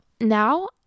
now